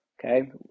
Okay